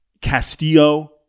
Castillo